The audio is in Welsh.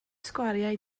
sgwariau